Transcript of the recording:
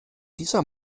dieser